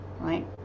right